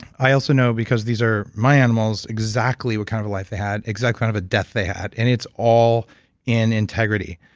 i also know, because these are my animals, exactly what kind of a life they had, exactly what kind of a death they had, and it's all in integrity.